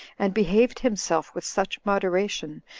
and behaved himself with such moderation,